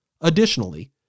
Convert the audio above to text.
Additionally